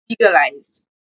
Legalized